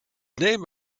name